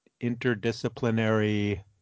interdisciplinary